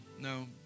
No